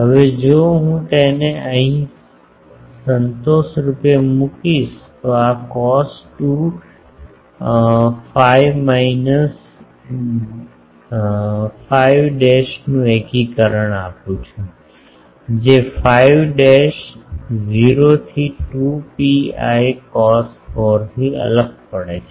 હવે જો હું તેને અહીં સંતોષરૂપે મુકીશ આ cos 2 phi minus phi dash નું એકીકરણ આપું છું જે phi dash 0 થી 2 પીઆઈ cos 4 થી અલગ પડે છે